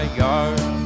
yard